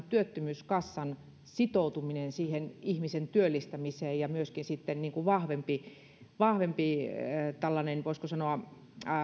työttömyyskassan sitoutuminen ihmisen työllistämiseen ja myöskin vahvempi vahvempi tällainen voisiko sanoa